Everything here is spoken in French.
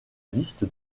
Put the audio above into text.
liste